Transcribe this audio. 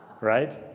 right